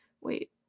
Wait